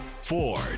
Ford